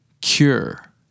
cure